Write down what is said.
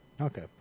Okay